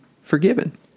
forgiven